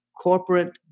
corporate